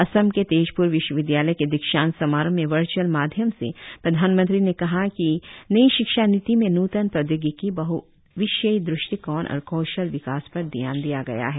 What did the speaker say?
असम के तेज़पुर विश्वविद्यालय के दीक्षांत समारोह में वच्र्अल माध्यम से प्रधानमंत्री ने कहा कि नई शिक्षा नीति में नूतन प्रौद्योगिकी बह विषयीय दृष्टिकोण और कौशल विकास पर ध्यान दिया गया है